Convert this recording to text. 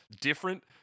different